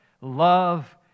love